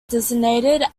designated